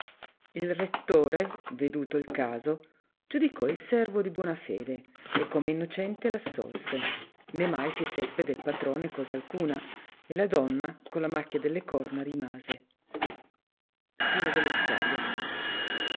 il rettore veduto il caso giudicò il servo di buona fede e come innocente l assolse né mai si seppe del patrone cosa alcuna e la donna con la macchia delle corna rimase